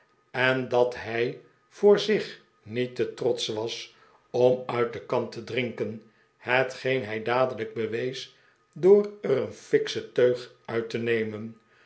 en dat hij voor zich niet te trotsch was om uit de kan te drinken hetgeen hij dadelijk bewees door er een fikschen teug uit te nemen